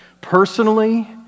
personally